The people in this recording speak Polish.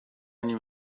nim